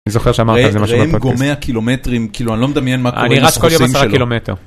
‫אני זוכר שאמרתי, זה מה שבאת אותי. ‫-ראם גומע קילומטרים, ‫כאילו, אני לא מדמיין ‫מה קורה עם הסוסים שלו. ‫-אני רץ כל יום עשרה קילומטר.